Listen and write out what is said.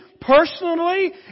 personally